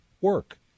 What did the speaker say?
work